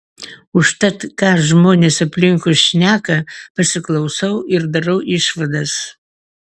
užtat ką žmonės aplinkui šneka pasiklausau ir darau išvadas